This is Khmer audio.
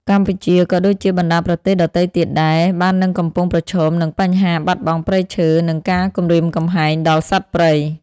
កម្ពុជាក៏ដូចជាបណ្ដាប្រទេសដទៃទៀតដែរ បាននឹងកំពុងប្រឈមនឹងបញ្ហាបាត់បង់ព្រៃឈើ និងការគំរាមកំហែងដល់សត្វព្រៃ។